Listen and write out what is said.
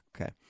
okay